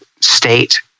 state